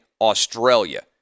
Australia